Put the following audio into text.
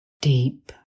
Deep